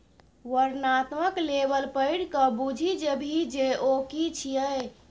वर्णनात्मक लेबल पढ़िकए बुझि जेबही जे ओ कि छियै?